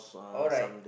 alright